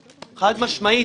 חד-משמעית.